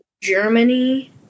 Germany